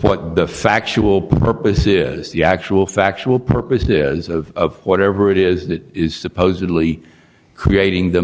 what the factual purpose is the actual factual purpose of whatever it is that is supposedly creating the